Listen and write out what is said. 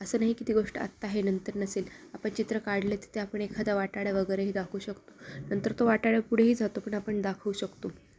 असं नाही की ती गोष्ट आत्ता आहे नंतर नसेल आपण चित्र काढले तिथे आपण एखादा वाटाड्या वगैरेही दाखवू शकतो नंतर तो वाटाड्या पुढेही जातो पण आपण दाखवू शकतो